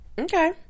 Okay